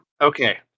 Okay